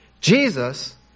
Jesus